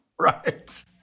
Right